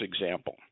example